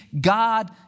God